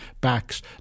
backs